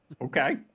Okay